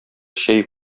чәй